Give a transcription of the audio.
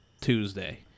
Tuesday